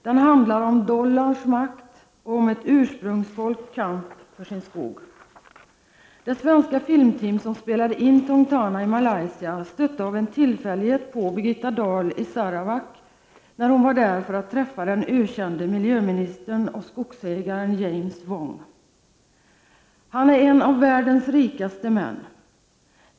Den handlar om dollarns makt och ett ursprungsfolks kamp för sin skog. tillfällighet på Birgitta Dahl i Sarawak när hon var där för att träffa den ökände miljöministern och skogsägaren James Wong. Han är en av världens rikaste män.